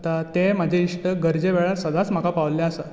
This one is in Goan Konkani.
आतां ते म्हजे इश्ट गरजे वेळार सदांच म्हाका पाविल्ले आसात